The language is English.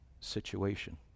situation